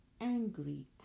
angry